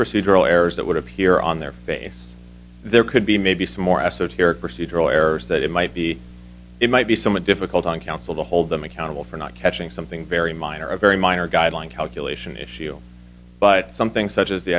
procedural errors that would appear on their face there could be maybe some more esoteric procedural errors that it might be it might be somewhat difficult on council to hold them accountable for not catching something very minor a very minor guideline calculation issue but something such as the